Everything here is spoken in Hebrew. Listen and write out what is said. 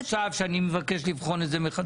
-- אבל אם אני אומר עכשיו שאני מבקש לבחון את זה מחדש,